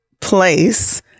place